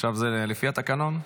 עכשיו זה לפי התקנון?